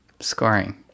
Scoring